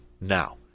now